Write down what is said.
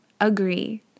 agree